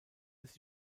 des